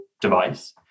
device